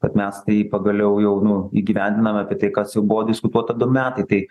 kad mes tai pagaliau jau nu įgyvendinome apie tai kas jau buvo diskutuota du metai tai